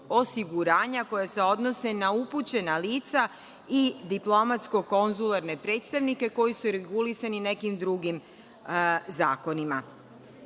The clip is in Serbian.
osiguranja koje se odnose na upućena lica i diplomatsko-konzularne predstavnike koji su regulisani nekim drugim zakonima. Princip